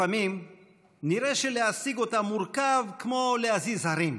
לפעמים נראה שלהשיג אותה זה מורכב כמו להזיז הרים.